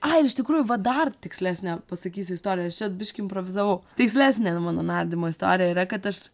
ai ir iš tikrųjų va dar tikslesnę pasakysiu istoriją aš čia biškį improvizavau tikslesnė mano nardymo istorija yra kad aš